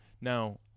Now